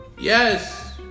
Yes